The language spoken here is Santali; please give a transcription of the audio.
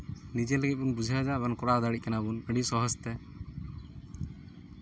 ᱱᱤᱡᱮ ᱞᱟᱹᱜᱤᱫ ᱵᱚᱱ ᱵᱩᱡᱷᱟᱹᱣᱫᱟ ᱟᱨᱵᱚᱱ ᱠᱚᱨᱟᱣ ᱫᱟᱲᱮᱜ ᱠᱟᱱᱟᱵᱚᱱ ᱟᱹᱰᱤ ᱥᱚᱦᱚᱡᱽ ᱛᱮ